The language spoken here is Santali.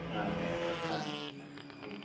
ᱦᱮᱸ ᱦᱮᱸ ᱦᱮᱸ ᱴᱷᱤᱠ ᱜᱮᱭᱟ